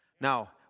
Now